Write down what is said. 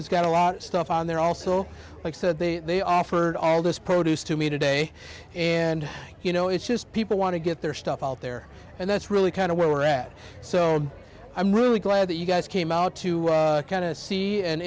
has got a lot of stuff on there also like so they they offered all this produce to me today and you know it's just people want to get their stuff out there and that's really kind of our ad so i'm really glad that you guys came out to kind of see and